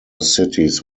cities